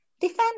defend